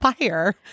fire